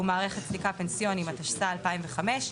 ומערכת סליקה פנסיוניים), התשס"ה 2005,